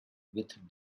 with